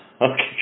Okay